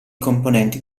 componenti